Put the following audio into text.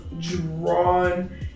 drawn